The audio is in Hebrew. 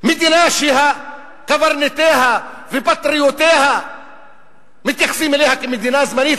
מדינה שקברניטיה ופטריוטיה מתייחסים אליה כמדינה זמנית.